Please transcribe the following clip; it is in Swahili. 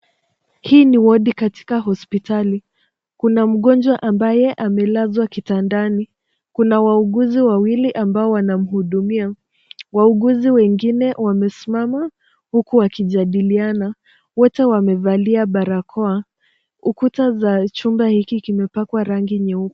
Hii ni wodi katika hospitali. Kuna mgonjwa ambaye amelazwa kitandani kuna wauguzi wawili ambao wanamhudumia. Wauguzi wengine wamesimama huku wakijadiliana. Wote wamevalia barakoa. Ukuta za chumba hiki kimepakwa rangi nyeupe.